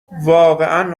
واقعا